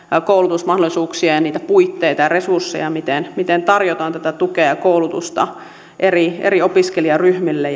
koulutusmahdollisuuksia ja niitä puitteita ja resursseja miten miten tarjotaan tätä tukea ja koulutusta eri eri opiskelijaryhmille